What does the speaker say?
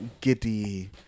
giddy